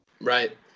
Right